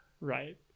Right